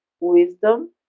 wisdom